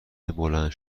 بلند